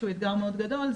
שהוא אתגר מאוד גדול,